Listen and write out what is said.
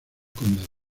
condado